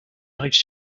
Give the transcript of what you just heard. arrivent